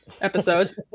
episode